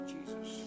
Jesus